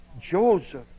Joseph